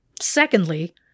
Secondly